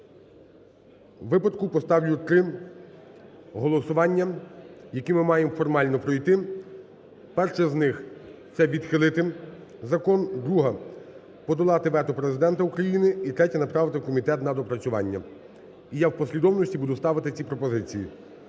випадку, поставлю три голосування, які ми маємо формально пройти. Перше з них – це відхилити закон. Друге – подолати вето Президента України. І третє – направити в комітет на доопрацювання. І я в послідовності буду ставити ці пропозиції.